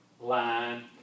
line